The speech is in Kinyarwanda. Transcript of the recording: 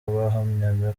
bahamyaga